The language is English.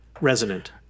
resonant